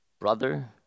brother